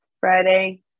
Friday